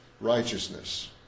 righteousness